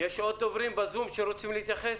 יש עוד דוברים בזום שרוצים להתייחס?